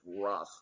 rough